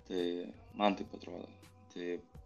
tai man taip atrodo tai